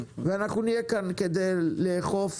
אנחנו נהיה כאן כדי לאכוף